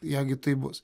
jeigu taip bus